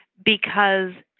because